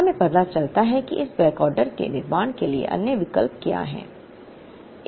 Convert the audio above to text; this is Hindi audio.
हमें पता चलता है कि इस बैकऑर्डर के निर्माण के लिए अन्य विकल्प क्या है